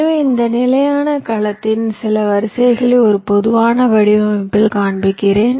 எனவே இந்த நிலையான கலத்தின் சில வரிசைகளை ஒரு பொதுவான வடிவமைப்பில் காண்பிக்கிறேன்